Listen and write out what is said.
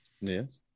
Yes